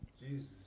Jesus